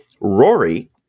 Rory